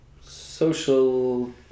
social